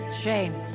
shame